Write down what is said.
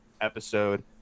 episode